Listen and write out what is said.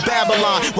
Babylon